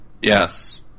Yes